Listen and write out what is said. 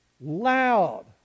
loud